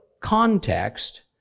Context